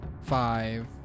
five